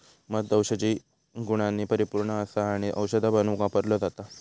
मध औषधी गुणांनी परिपुर्ण असा आणि औषधा बनवुक वापरलो जाता